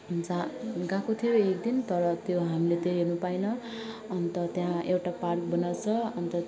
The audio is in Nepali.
हुन्छ हामी गएको थियो एक दिन तर त्यो हामीले त्यो हेर्नु पाएन अन्त त्यहाँ एउटा पार्क बनाएको छ अन्त